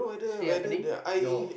still happening no